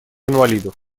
инвалидов